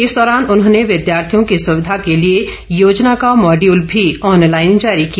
इस दौरान उन्होंने लाभार्थियों की सुविधा को लिए योजना का मॉड्यूल भी ऑनलाइन जारी किया